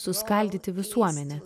suskaldyti visuomenę